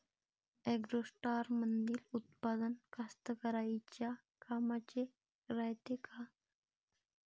ॲग्रोस्टारमंदील उत्पादन कास्तकाराइच्या कामाचे रायते का?